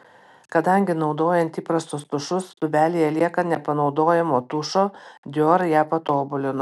kadangi naudojant įprastus tušus tūbelėje lieka nepanaudojamo tušo dior ją patobulino